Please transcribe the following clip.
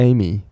Amy